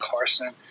Carson